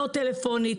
לא בטלפון,